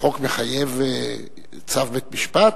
החוק מחייב צו בית-משפט?